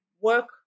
work